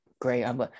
great